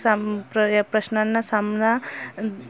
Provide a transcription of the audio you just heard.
साम प्र प्रश्नांना सामना